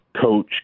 coach